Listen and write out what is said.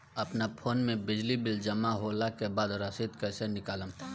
अपना फोन मे बिजली बिल जमा होला के बाद रसीद कैसे निकालम?